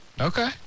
Okay